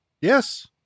Yes